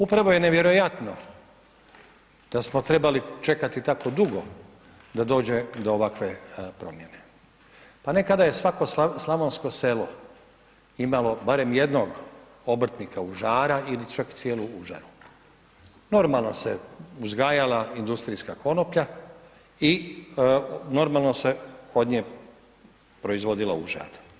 Upravo je nevjerojatno da smo trebali čekati tako dugo, da dođe do ovakve promjene, a nekada je svako slavonsko selo imalo barem jednog obrtnika užara ili čak cijelog … Normalno se uzgajala industrijska konoplja i normalno se od nje proizvodilo užad.